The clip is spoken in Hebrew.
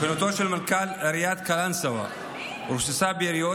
מכוניתו של מנכ"ל עיריית קלנסווה רוססה ביריות,